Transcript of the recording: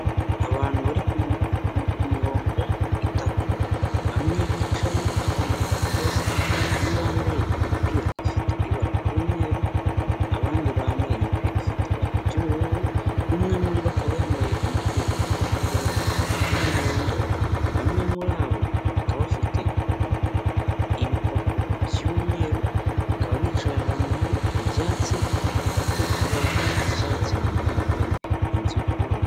Abantu bari ku mirongo itatu, bamwe bicaye abandi bahagaze, bamwe bambaye imipira ifite ibara ry'umweru, abandi bambaye imipira ifite ibara ry'ubururu, umwe muribo akaba yambaye umupira ufite ibara ry'umuhondo, bamwe muri abo bakaba bafite ibipapuro by'umweru, bakaba bicaye ahantu hari ibyatsi bifite ibara ry'icyatsi, inyuma yabo hari inzu y'ubururu.